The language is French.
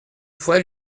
fois